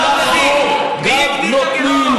בניגוד אליכם, אנחנו גם נותנים.